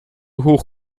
hoch